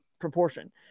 proportion